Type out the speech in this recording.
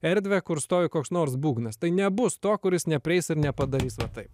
erdvę kur stovi koks nors būgnas tai nebus to kuris neprieis ir nepadarys va taip